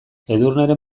edurneren